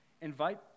invite